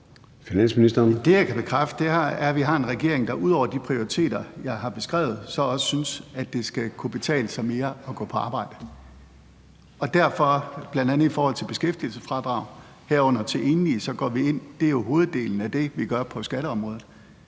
Det, jeg kan bekræfte, er, at vi har en regering, der ud over de prioriteter, jeg har beskrevet, så også synes, at det skal kunne betale sig mere at gå på arbejde. Derfor, bl.a. i forhold til beskæftigelsesfradrag, herunder til enlige, går vi ind – det er jo hoveddelen af det, vi gør på skatteområdet